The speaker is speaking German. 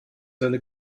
deine